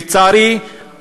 לצערי,